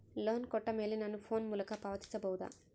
Loan ಕೊಟ್ಟ ಮೇಲೆ ನಾನು ಫೋನ್ ಮೂಲಕ ಪಾವತಿಸಬಹುದಾ?